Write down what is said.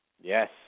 Yes